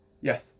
Yes